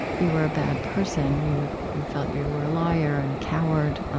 you were a bad person. you you felt you were a liar and a coward